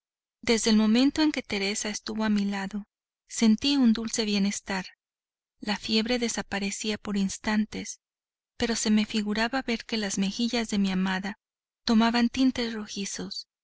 desde el momento en que teresa estuvo a mi lado sentí un dulce bienestar la fiebre desaparecía por instantes pero se me figuraba ver que las mejillas de mi amada tomaban tintes rojizos